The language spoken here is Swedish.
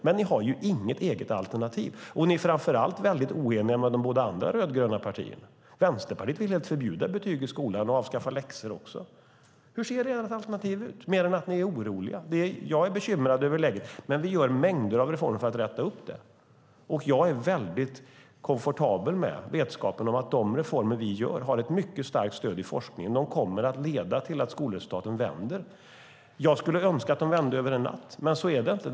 Men ni har inget eget alternativ. Framför allt är ni väldigt oeniga med de båda andra rödgröna partierna. Vänsterpartiet vill helt förbjuda betyg i skolan och avskaffa läxorna. Hur ser ert alternativ ut, mer än att ni är oroliga? Jag är bekymrad över läget, men vi gör mängder av reformer för att räta upp det, och reformerna har ett mycket starkt stöd i forskning. De kommer att leda till att skolresultaten vänder. Jag skulle önska att de vände över en natt, men så är det inte.